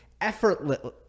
effortless